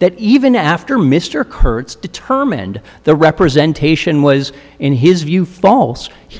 that even after mr kurtz determined the representation was in his view false he